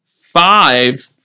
Five